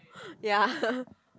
ya